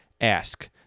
ask